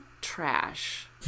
trash